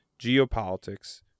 geopolitics